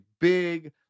big